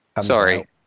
Sorry